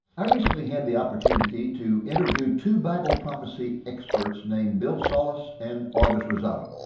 i recently had the opportunity to interview two bible prophecy experts named bill salus and august rosado.